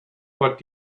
what